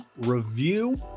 review